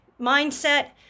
mindset